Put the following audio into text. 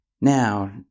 Now